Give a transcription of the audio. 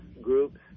groups